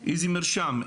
איזה מרשם?